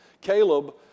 Caleb